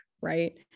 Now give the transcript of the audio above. right